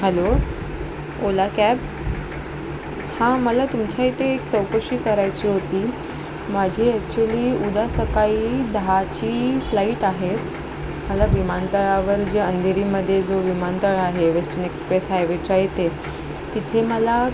hello Ola cabs हां मला तुमच्या इथे एक चौकशी करायची होती माझी अकचुली उद्या सकाळी दहाची फ्लाईट आहे मला विमानतळावर जे अंधेरीमध्ये जो विमानतळ आहे वेस्टर्न एक्सप्रेस हायवेच्या इथे तिथे मला